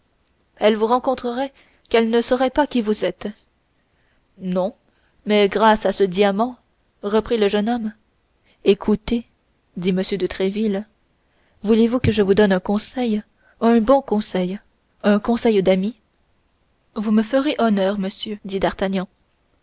elle vous rencontrerait qu'elle ne saurait pas qui vous êtes non mais grâce à ce diamant reprit le jeune homme écoutez dit m de tréville voulez-vous que je vous donne un conseil un bon conseil un conseil d'ami vous me ferez honneur monsieur dit d'artagnan